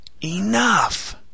Enough